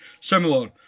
similar